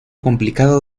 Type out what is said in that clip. complicado